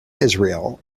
israel